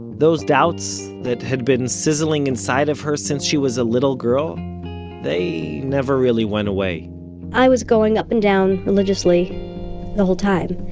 those doubts that had been sizzling inside of her since she was a little girl they never really went away i was going up and down religiously the whole time.